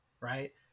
right